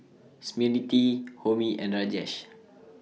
Smriti Homi and Rajesh